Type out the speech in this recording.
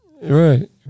Right